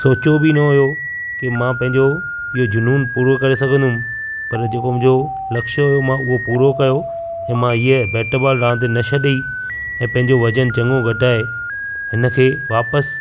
सोचो बि न हुओ कि मां पंहिंजो इहो जुनून पूरो करे सघंदमि पर जेको मुंहिंजो लक्ष्य हुओ मां उहो पूरो कयो इहे मां हीअं बेट बोल रांदि न छॾियई ऐं पंहिंजो वज़न चङो घटाए हिनखे वापसि